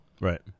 Right